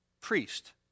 priest